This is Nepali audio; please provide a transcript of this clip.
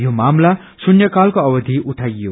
यो मामला शुन्फ्कालको अवधि उठाइयो